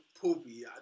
poopy